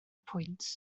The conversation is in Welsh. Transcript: pwynt